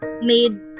made